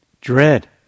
Dread